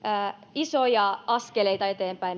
isoja askeleita eteenpäin